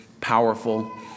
powerful